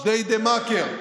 ג'דיידה-מכר,